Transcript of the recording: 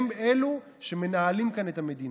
הם שמנהלים כאן את המדינה.